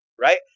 right